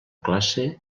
classe